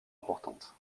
importantes